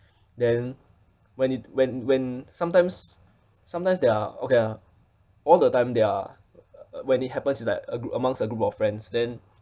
then when it when when sometimes sometimes there are okay ah all the time there are uh when it happens in like a g~ amongst a group of friends then